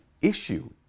issue